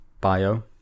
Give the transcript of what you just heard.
bio